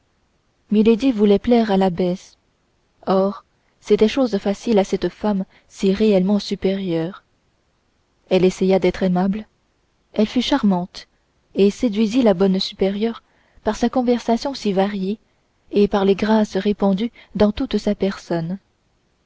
voulait plaire à l'abbesse or c'était chose facile à cette femme si réellement supérieure elle essaya d'être aimable elle fut charmante et séduisit la bonne supérieure par sa conversation si variée et par les grâces répandues dans toute sa personne